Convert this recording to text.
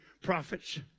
prophets